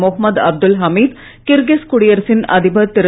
Mohammed Abdul Hameed Kyrgyz குடியரசின் அதிபர் திரு